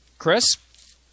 Chris